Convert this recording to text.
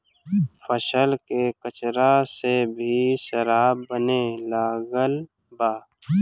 फसल के कचरा से भी शराब बने लागल बा